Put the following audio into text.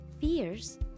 fears